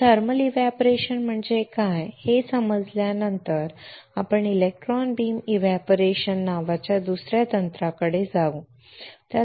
आता thermal evaporation म्हणजे काय हे समजल्यानंतर आपण इलेक्ट्रॉन बीम एव्हपोरेशन नावाच्या दुसर्या तंत्राकडे जावे